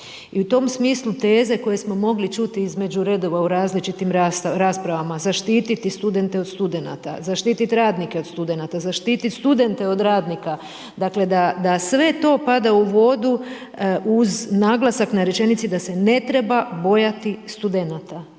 i u tom smislu teze koje smo mogli čuti između redova u različitim raspravama, zaštititi studente od studenata, zaštititi radnike od studenata, zaštititi studente od radnika, dakle da sve to pada u vodi uz naglasak na rečenici da se ne treba bojati studenata